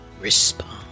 respond